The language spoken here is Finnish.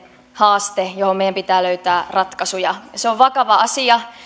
haasteemme johon meidän pitää löytää ratkaisuja se on vakava asia